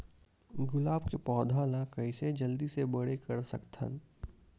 गुलाब के पौधा ल कइसे जल्दी से बड़े कर सकथन?